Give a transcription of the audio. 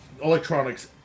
electronics